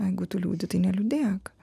jeigu tu liūdi tai neliūdėk